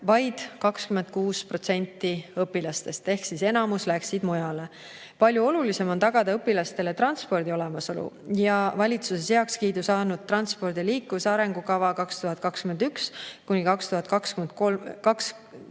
vaid 26% õpilastest. Ehk enamik läks mujale. Palju olulisem on tagada õpilastele transpordi olemasolu. Valitsuses heakskiidu saanud "Transpordi ja liikuvuse arengukava 2021–2035",